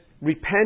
Repent